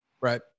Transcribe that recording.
Right